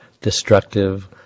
destructive